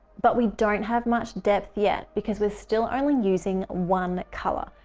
but we don't have much depth yet because we're still only using one color.